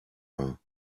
war